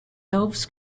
doves